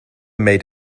made